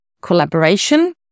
collaboration